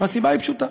והסיבה היא פשוטה: